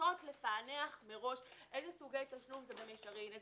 לנסות לפענח מראש איזה סוגי תשלום במישרין,